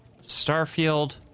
Starfield